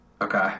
Okay